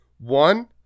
One